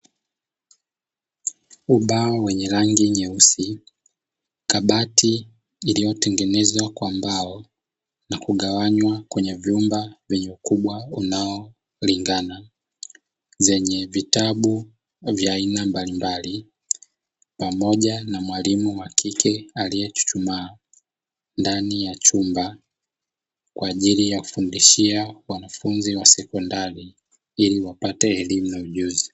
Ubao wenye rangi nyeusi, kabati iliyotengenezwa kwa mbao nakugawanywa kwenye vyumba vyenye ukubwa unaolingana, zenye vitabu vya aina mbalimbali pamoja na mwalimu wa kike aliechuchumaa ndani ya chumba kwaajili yakufundishia wanafunzi wa sekondari ili wapate elimu na ujuzi.